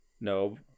No